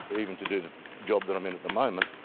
even to do the job that i'm in at the moment,